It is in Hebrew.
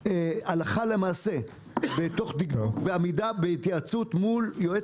הלכה למעשה בתוך דקדוק ועמידה בהתייעצות מול יועץ